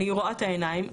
אני רואה את העיניים.